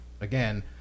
again